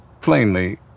Plainly